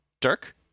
Dirk